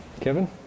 Kevin